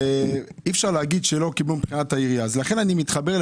אי אפשר להגיד שהם לא קיבלו מבחינת העירייה.